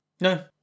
No